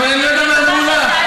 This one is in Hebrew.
אבל אני לא יודע מה נתנו לך.